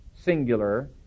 singular